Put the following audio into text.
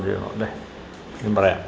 പറയണമല്ലേ ഞാന് പറയാം